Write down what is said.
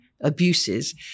abuses